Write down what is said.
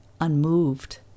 unmoved